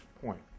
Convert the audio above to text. point